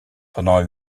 pendant